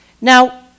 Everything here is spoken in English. Now